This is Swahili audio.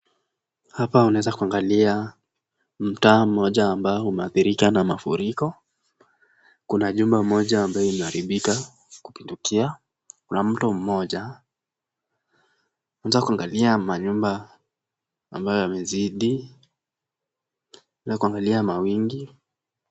Hapa unaweza kuangalia mta mmoja ambao umeathirika na mafuriko. Kuna jumba moja ambayo imeharibika kupindukia, kuna mto mmoja. Unaweza kuangalia manyumba ambayo yamezidi na kuangalia mawingu.